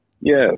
Yes